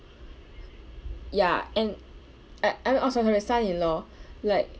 ya and I I oh sorry sorry son-in-law like